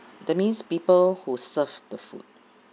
that means people who serve the food